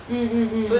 mm mm mm